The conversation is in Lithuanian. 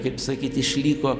kaip sakyt išliko